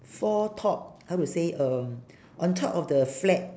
four top I would say um on top of the flag